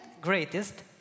greatest